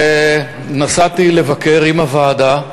ונסעתי לבקר, עם הוועדה,